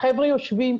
החבר'ה יושבים,